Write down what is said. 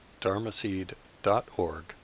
dharmaseed.org